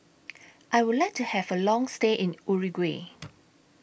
I Would like to Have A Long stay in Uruguay